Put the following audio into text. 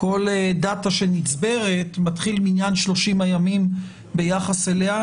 כל דאטה שנצברת מתחיל מניין 30 הימים ביחס אליה.